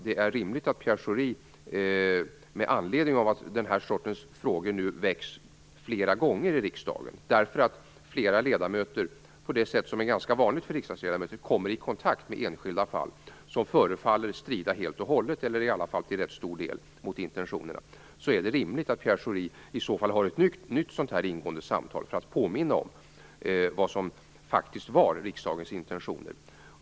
Den här sortens frågor har nu väckts flera gånger i riksdagen, därför att flera ledamöter, på det sätt som är ganska vanligt för riksdagsledamöter, kommer i kontakt med enskilda fall där handläggningen till stor del förefaller strida mot intentionerna. Därför är det rimligt att Pierre Schori har ett nytt ingående samtal för att påminna om vad som faktiskt var riksdagens intentioner.